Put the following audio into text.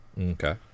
Okay